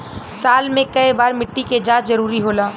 साल में केय बार मिट्टी के जाँच जरूरी होला?